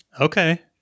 okay